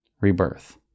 rebirth